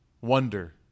wonder